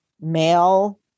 male